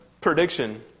prediction